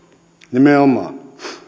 nimenomaan